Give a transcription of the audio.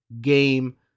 game